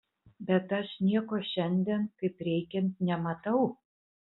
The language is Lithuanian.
bet aš nieko šiandien kaip reikiant nematau